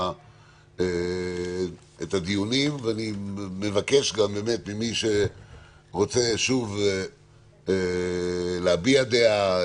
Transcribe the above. הדיונים ואני מבקש ממי שרוצה שוב להביע דעה,